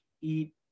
eat